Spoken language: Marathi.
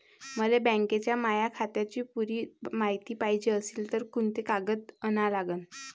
मले बँकेच्या माया खात्याची पुरी मायती पायजे अशील तर कुंते कागद अन लागन?